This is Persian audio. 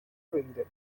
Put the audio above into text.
بگیره